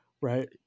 right